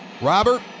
Robert